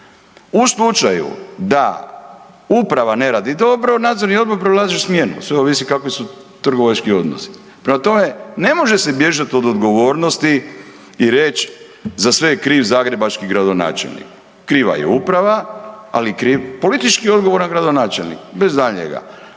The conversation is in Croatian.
U slučaju da uprava ne radi dobro nadzorni odbor prolazi smjenu, sve ovisi kakvi su trgovački odnosi. Prema tome, ne može se bježati od odgovornosti i reć za sve je kriv zagrebački gradonačelnik. Kriva je uprava, ali je i kriv politički odgovoran gradonačelnik bez daljnjega,